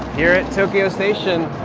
here at tokyo station,